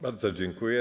Bardzo dziękuję.